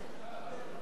צריך להיזהר.